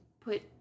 put